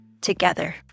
together